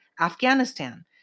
Afghanistan